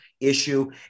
issue